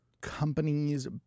companies